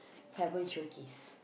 haven't showcase